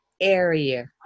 area